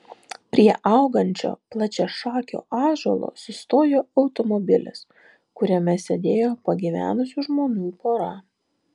prie augančio plačiašakio ąžuolo sustojo automobilis kuriame sėdėjo pagyvenusių žmonių pora